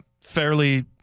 fairly –